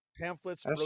pamphlets